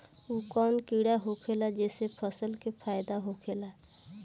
उ कौन कीड़ा होखेला जेसे फसल के फ़ायदा होखे ला?